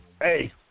Hey